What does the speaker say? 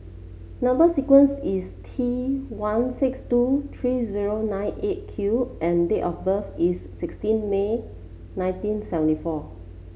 number sequence is T one six two three zero nine Eight Q and date of birth is sixteen May nineteen seventy four